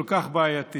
כל כך בעייתי.